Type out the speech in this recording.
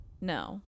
No